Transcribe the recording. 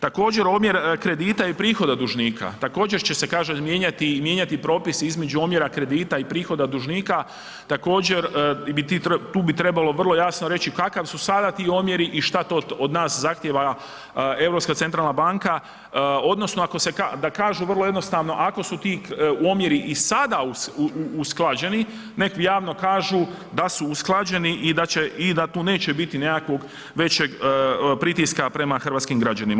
Također omjer kredita i prihoda dužnika, također će se kaže mijenjati i mijenjati propis između omjera i kredita p prihoda dužnika, također tu bi trebalo vrlo jasno reći kakvi su sada ti omjeri i šta to od nas zahtjeva Europska centralna banka odnosno da kažu vrlo jednostavno ako su ti omjeri i sada usklađeni, nek javno kažu da su usklađeni i da tu neće biti nekakvog većeg pritiska prema hrvatskim građanima.